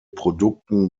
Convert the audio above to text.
produkten